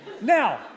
Now